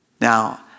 Now